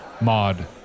mod